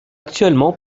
actuellement